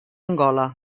angola